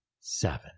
seven